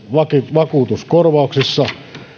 vakuutuskorvauksissa